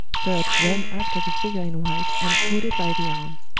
bert ran after the figure in white and caught it by the arm.